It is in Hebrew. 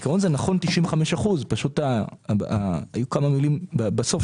בעקרון זה נכון ב-95 אחוזים אבל פשוט היו כמה מילים בסוף